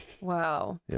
Wow